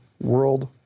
world